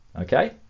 okay